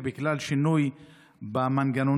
ובגלל שינוי במנגנונים,